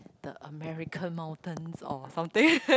the American mountains or something